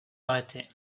arrêtés